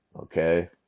okay